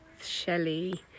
Shelley